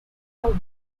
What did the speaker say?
are